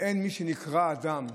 ואין מי שנקרא אדם,